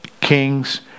kings